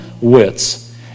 wits